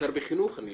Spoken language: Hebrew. בעיקר בחינוך.